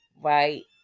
right